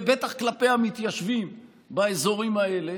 ובטח כלפי המתיישבים באזורים האלה,